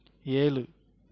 ஏழு